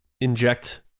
inject